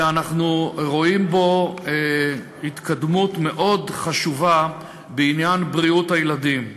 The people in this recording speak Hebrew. ואנחנו רואים בו התקדמות מאוד חשובה בעניין בריאות הילדים.